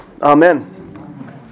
Amen